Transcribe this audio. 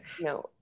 no